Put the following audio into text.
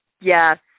Yes